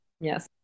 Yes